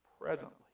presently